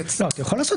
ולהגיד